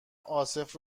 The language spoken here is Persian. عاصف